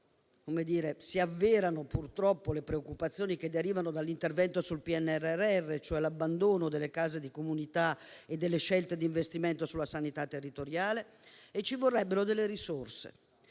si avvereranno, purtroppo, le preoccupazioni che derivano dall'intervento sul PNRR, cioè l'abbandono delle Case di comunità e delle scelte d'investimento sulla sanità territoriale; in secondo luogo, ci vorrebbero risorse.